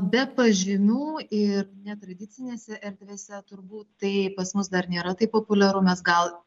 be pažymių ir netradicinėse erdvėse turbūt tai pas mus dar nėra taip populiaru mes gal